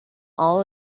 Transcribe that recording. all